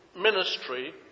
ministry